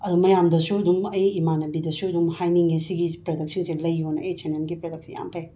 ꯑꯗꯣ ꯃꯌꯥꯝꯗꯁꯨ ꯑꯗꯨꯝ ꯑꯩ ꯏꯃꯥꯟꯅꯕꯤꯗꯁꯨ ꯑꯗꯨꯝ ꯍꯥꯏꯅꯤꯡꯉꯦ ꯁꯤꯒꯤ ꯄ꯭ꯔꯗꯛꯁꯦ ꯂꯩꯌꯣꯅ ꯑꯩꯆ ꯑꯦꯟ ꯑꯦꯝꯒꯤ ꯄ꯭ꯔꯗꯛꯁꯦ ꯌꯥꯝ ꯐꯩ